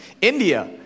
India